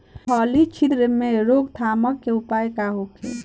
फली छिद्र से रोकथाम के उपाय का होखे?